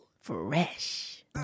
Fresh